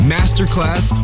Masterclass